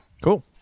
Cool